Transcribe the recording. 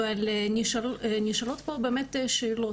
אבל נשאלות פה שאלות.